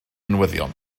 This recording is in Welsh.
newyddion